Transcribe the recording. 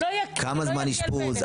כמה זמן אשפוז,